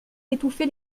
d’étouffer